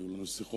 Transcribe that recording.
והיו לנו שיחות.